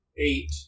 Eight